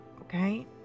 okay